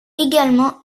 également